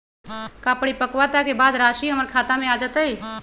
का परिपक्वता के बाद राशि हमर खाता में आ जतई?